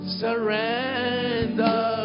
surrender